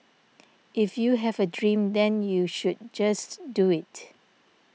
if you have a dream then you should just do it